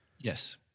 Yes